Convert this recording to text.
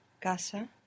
casa